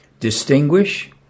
Distinguish